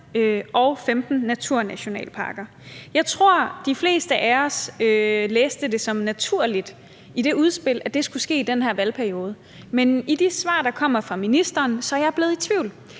og 15 naturnationalparker. Jeg tror, de fleste af os læste det udspil, som om det var noget, der helt naturligt skulle ske i den her valgperiode, men med de svar, der kommer fra ministeren, er jeg blevet i tvivl.